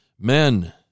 Men